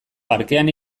parkean